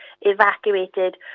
evacuated